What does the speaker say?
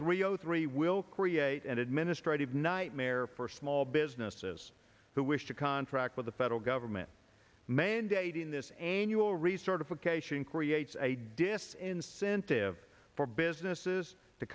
three zero three will create an administrative nightmare for small businesses who wish to contract with the federal government mandating this annual resort if a cation creates a disincentive for businesses to